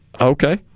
Okay